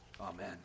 Amen